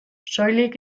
soilik